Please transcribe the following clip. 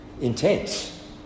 intense